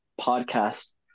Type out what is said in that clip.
podcast